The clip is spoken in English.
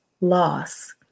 loss